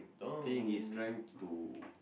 think he's trying to